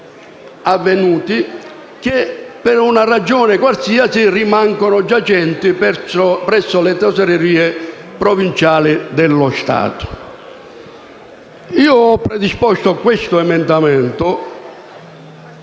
avvenuti, le quali, per una ragione qualsiasi, rimangono giacenti presso le tesorerie provinciali dello Stato. Ho predisposto l’emendamento